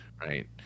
right